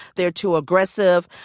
they're too aggressive.